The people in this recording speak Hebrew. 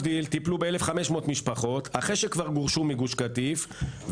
טיפלו ב-1,500 משפחות אחרי שכבר גורשו מגוש קטיף,